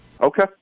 Okay